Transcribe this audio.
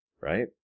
Right